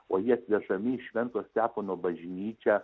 o jie atvežami į švento stepono bažnyčią